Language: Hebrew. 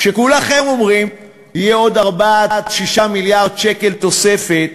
כשכולכם אומרים שיהיו עוד 4 6 מיליארד שקל תוספת,